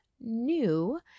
new